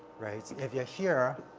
right. if you are here,